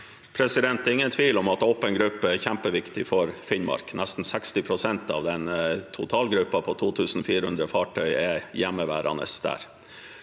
ingen tvil om at åpen gruppe er kjempeviktig for Finnmark. Nesten 60 pst. av totalgruppen på 2 400 fartøy er hjemmeværende der.